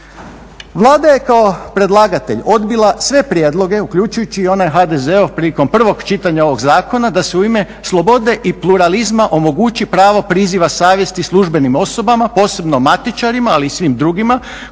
Vlada je kao predlagatelj odbila sve prijedloge, uključujući i onaj HDZ-ov prilikom prvog čitanja ovog zakona da se u ime slobode i pluralizma omogući pravo priziva savjesti službenim osobama, posebno matičarima ali i svim drugima,